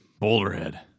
Boulderhead